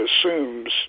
assumes